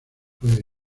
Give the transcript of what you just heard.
puede